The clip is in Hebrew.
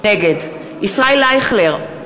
נגד ישראל אייכלר,